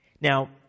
now